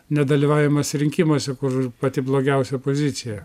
nedalyvavimas rinkimuose kur pati blogiausia pozicija